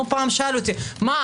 הוא פעם שאל אותי - מה,